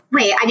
Wait